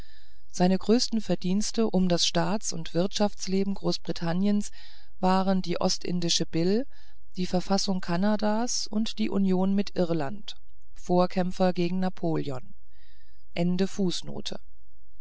seine größten verdienste um das staats und wirtschaftsleben großbritanniens waren die ostindische bill die verfassung kanadas und die union mit irland vorkämpfer gegen napoleon